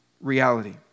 reality